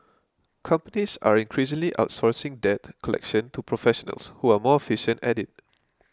companies are increasingly outsourcing debt collection to professionals who are more efficient at it